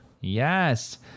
yes